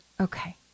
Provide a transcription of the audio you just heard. Okay